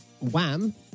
wham